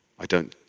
i don't